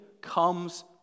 comes